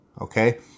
Okay